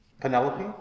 Penelope